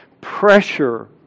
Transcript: pressure